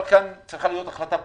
אבל כאן צריכה להיות החלטה פוליטית.